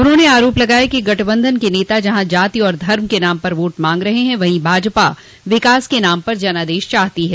उन्होंने आरोप लगाया कि गठबंधन के नेता जहां जाति और धर्म के नाम पर वोट मांग रहे हैं वहीं भाजपा विकास के नाम पर जनादेश चाहती है